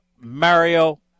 Mario